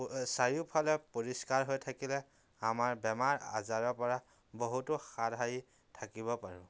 চাৰিওফালে পৰিষ্কাৰ হৈ থাকিলে আমাৰ বেমাৰ আজাৰৰ পৰা বহুতো হাত সাৰি থাকিব পাৰোঁ